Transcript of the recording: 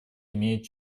имеет